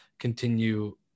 continue